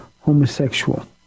homosexual